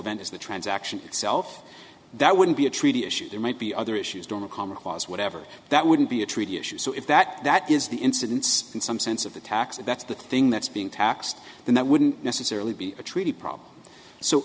event is the transaction itself that wouldn't be a treaty issue there might be other issues on a comic was whatever that wouldn't be a treaty issue so if that that is the incidence in some sense of the tax if that's the thing that's being taxed then that wouldn't necessarily be a treaty problem so